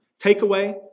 Takeaway